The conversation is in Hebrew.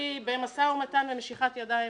היא במשא ומתן ומשיכת ידיים